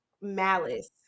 malice